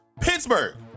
Pittsburgh